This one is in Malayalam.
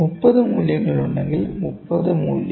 30 മൂല്യങ്ങളുണ്ടെങ്കിൽ 30 മൂല്യം